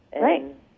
Right